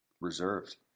reserved